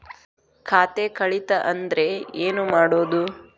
ಖಾತೆ ಕಳಿತ ಅಂದ್ರೆ ಏನು ಮಾಡೋದು?